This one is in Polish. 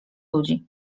ludzi